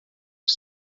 was